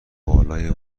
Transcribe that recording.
بالای